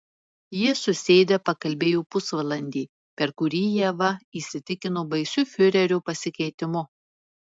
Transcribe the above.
jie susėdę pakalbėjo pusvalandį per kurį ieva įsitikino baisiu fiurerio pasikeitimu